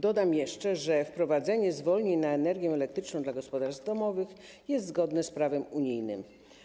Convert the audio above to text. Dodam jeszcze, że wprowadzenie zwolnień w zakresie energii elektrycznej dla gospodarstw domowych jest zgodne z prawem unijnym.